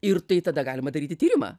ir tai tada galima daryti tyrimą